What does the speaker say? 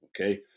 Okay